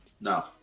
No